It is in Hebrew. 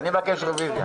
אני מבקש רוויזיה.